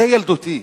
זה ילדותי.